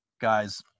guys